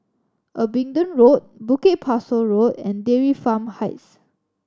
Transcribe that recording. Abingdon Road Bukit Pasoh Road and Dairy Farm Heights